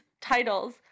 titles